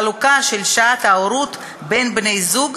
החלוקה של שעת ההורות בין בני-זוג